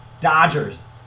Dodgers